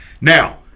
Now –